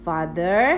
Father